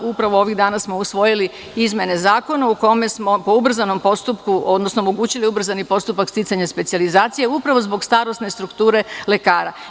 Upravo ovih dana smo usvojili izmene zakona u kome smo po ubrzanom postupku, odnosno omogućili ubrzani postupak sticanje specijalizacije, upravo zbog starosne strukture lekara.